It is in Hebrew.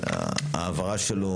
מבחינת העברה שלו,